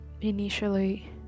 initially